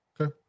okay